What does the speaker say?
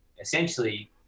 Essentially